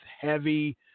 heavy